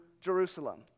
jerusalem